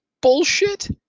bullshit